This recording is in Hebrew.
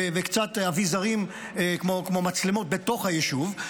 וקצת אביזרים כמו מצלמות בתוך היישוב,